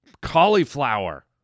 cauliflower